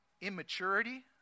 immaturity